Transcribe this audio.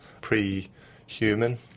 pre-human